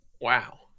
wow